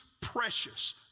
Precious